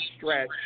stretch